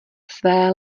své